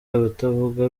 abatavuga